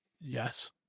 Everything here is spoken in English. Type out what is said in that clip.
Yes